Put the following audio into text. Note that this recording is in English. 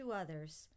others